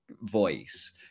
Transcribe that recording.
voice